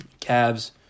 Cavs